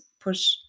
push